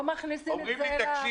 לא מכניסים את זה לתקנות.